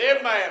Amen